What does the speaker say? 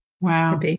Wow